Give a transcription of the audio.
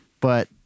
But-